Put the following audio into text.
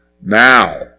Now